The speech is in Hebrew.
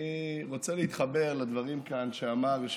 אני רוצה להתחבר לדברים שאמר כאן